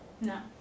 No